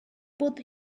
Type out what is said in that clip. put